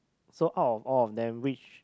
so out of all of them which